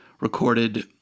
recorded